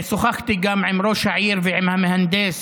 שוחחתי גם עם ראש העיר ועם המהנדס,